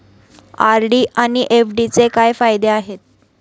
RD आणि एफ.डीचे काय फायदे आहेत?